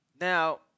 Now